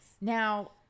Now